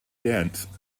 dense